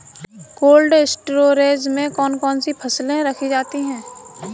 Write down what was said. Cold storage में कौन कौन सी फसलें रखी जाती हैं?